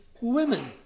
women